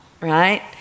right